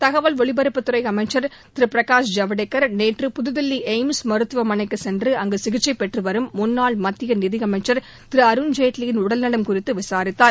தகவல் ஒலிபரப்புத்துறை அமைச்சர் திரு பிரகாஷ் ஜவ்டேகர் நேற்று புதுதில்லி எய்ம்ஸ் மருத்துவமனைக்கு சென்று அங்கு சிகிச்சை பெற்றுவரும் முன்னாள் மத்திய நிதியமைச்சர் திரு அருண்ஜேட்லியின் உடல்நவம் குறித்து விசாரித்தார்